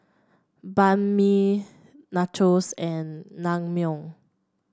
Banh Mi Nachos and Naengmyeon